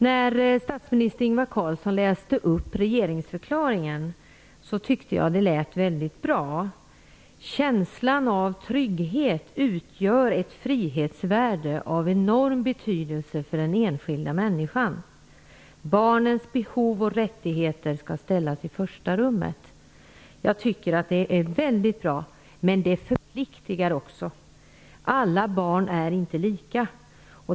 När statsminister Ingvar Carlsson läste upp regeringsförklaringen tyckte jag att det lät mycket bra. "Känslan av trygghet utgör ett frihetsvärde av enorm betydelse för den enskilda människan. --- Barnens behov och rättigheter skall ställas i första rummet." Jag tycker att det är mycket bra, men det förpliktar också. Alla barn är inte lika.